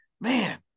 man